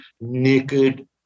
naked